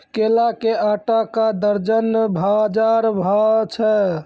केला के आटा का दर्जन बाजार भाव छ?